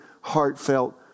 heartfelt